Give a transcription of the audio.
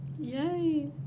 Yay